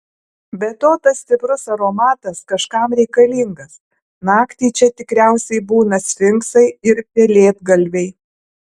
be to tas stiprus aromatas kažkam reikalingas naktį čia tikriausiai būna sfinksai ir pelėdgalviai